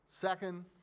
Second